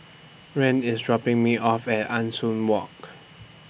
Rand IS dropping Me off At Ah Soo Walk